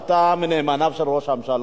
שאתה מנאמניו של ראש הממשלה,